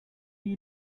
you